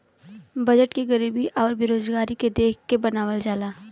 budget के गरीबी आउर बेरोजगारी के देख के बनावल जाला